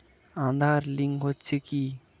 Aadhaar link হচ্ছে কি?